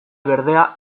berdea